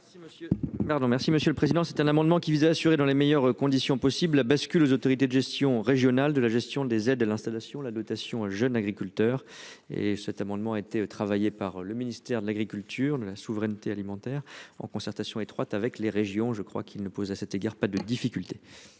Merci Monsieur le Président c'est un amendement qui vise à assurer dans les meilleures conditions possibles la bascule aux autorités de gestion régionale de la gestion des aides à l'installation, la dotation jeunes agriculteurs et cet amendement a été travaillé par le ministère de l'agriculture de la souveraineté alimentaire en concertation étroite avec les régions, je crois qu'il ne pose à cet égard. Pas de difficultés.